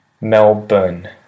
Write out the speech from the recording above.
Melbourne